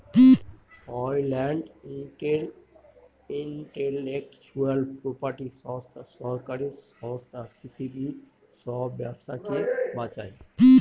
world intellectual property সংস্থা সরকারি সংস্থা পৃথিবীর সব ব্যবসাকে বাঁচায়